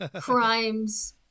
crimes